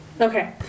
Okay